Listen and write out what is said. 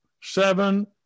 seven